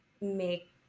make